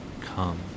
come